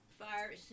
fire